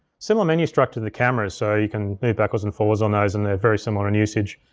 similar menu structure to the camera so you can move backwards and forwards on those and they're very similar in usage.